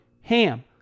HAM